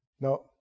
No